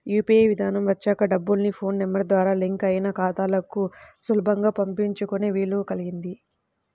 UPI విధానం వచ్చాక డబ్బుల్ని ఫోన్ నెంబర్ ద్వారా లింక్ అయిన ఖాతాలకు సులభంగా పంపించుకునే వీలు కల్గింది